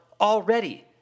already